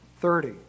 thirty